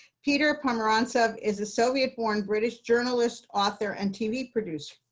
peter pomerantsev is a soviet-born british journalist, author, and tv producer.